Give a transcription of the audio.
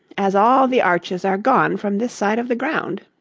as all the arches are gone from this side of the ground